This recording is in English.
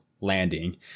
landing